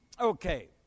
Okay